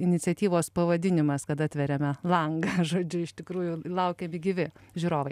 iniciatyvos pavadinimas kad atveriame langą žodžiu iš tikrųjų laukia gyvi žiūrovai